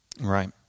Right